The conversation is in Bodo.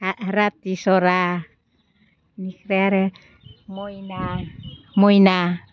राफिस'रा बिनिफ्राय आरो मयना मयना